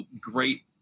great